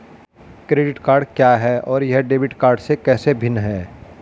Credit card क्या है और यह डेबिट कार्ड से कैसे भिन्न है?